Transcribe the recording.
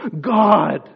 God